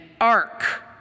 ark